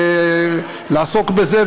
לעסוק בזה,